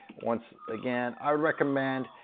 once again, i would recommend,